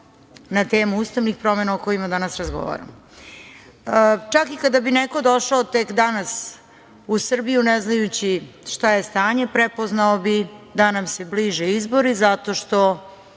na temu ustavnih promena o kojima danas razgovaramo. Čak i kada bi neko došao tek danas u Srbiju, ne znajući šta je stanje, prepoznao bi da nam se bliže izbori zato što